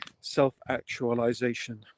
self-actualization